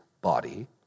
body